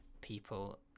people